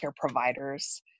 providers